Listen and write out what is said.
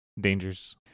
dangers